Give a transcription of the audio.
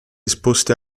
esposte